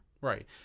Right